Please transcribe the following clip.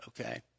Okay